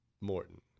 Morton